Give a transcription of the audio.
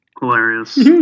Hilarious